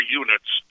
units